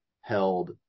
held